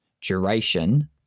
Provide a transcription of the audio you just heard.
duration